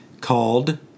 Called